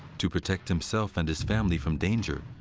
to protect himself and his family from danger,